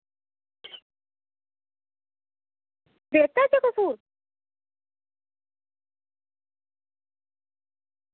रेतै च कसूर